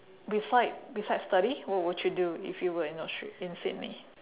beside besides study what would you do if you were in austra~ in sydney